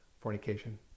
fornication